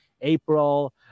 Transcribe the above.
april